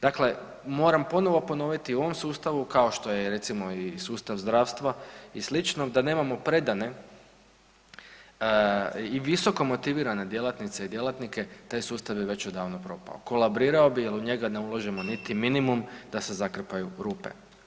Dakle, moram ponovo ponoviti i u ovom sustavu kao što je recimo i sustav zdravstva i sl., da nemamo predane i visokomotivirane djelatnice i djelatnice taj sustav bi već odavno propao, kolabirao bi jer u njega ne ulažemo niti minimum da se zakrpaju rupe.